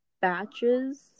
batches